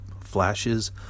flashes